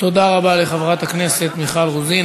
תודה רבה לחברת הכנסת מיכל רוזין.